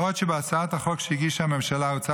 בעוד שבהצעת החוק שהגישה הממשלה הוצע